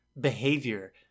behavior